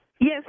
Yes